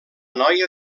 noia